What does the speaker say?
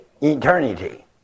Eternity